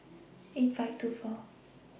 eight five two four